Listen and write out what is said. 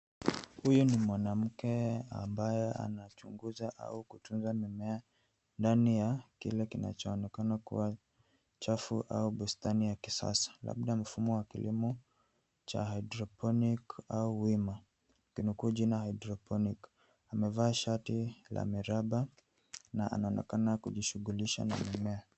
Huyu ni mwanamke ambaye anachunguza au kutunzwa mimea ndani ya kike kinachooneka kuwa chafu au bustani ya kisasa labda mfumo wa kilimo cha hydroponic au wima nikinukuu jina hydroponic . Amevaa shati la miraba na anaonekana kujishughulisha na mimea.